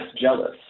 jealous